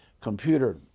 computer